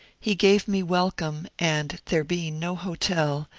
he gave me welcome and, there being no hotel,